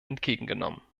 entgegengenommen